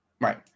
right